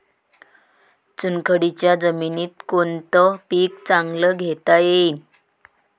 चुनखडीच्या जमीनीत कोनतं पीक चांगलं घेता येईन?